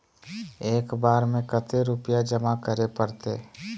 एक बार में कते रुपया जमा करे परते?